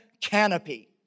canopy